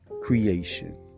creation